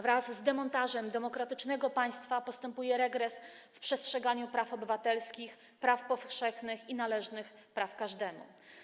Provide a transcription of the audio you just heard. Wraz z demontażem demokratycznego państwa postępuje regres w zakresie przestrzegania praw obywatelskich: praw powszechnych i należnych każdemu.